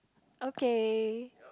okay